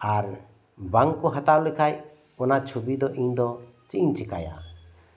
ᱟᱨ ᱵᱟᱝ ᱠᱚ ᱦᱟᱛᱟᱣ ᱞᱮᱠᱷᱟᱡ ᱚᱱᱟ ᱪᱷᱚᱵᱤ ᱫᱚ ᱤᱧ ᱫᱚ ᱪᱮᱫ ᱤᱧ ᱪᱤᱠᱟᱭᱟ